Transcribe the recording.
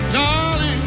darling